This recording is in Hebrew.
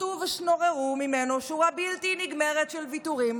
סחטו ושנוררו ממנו שורה בלתי נגמרת של ויתורים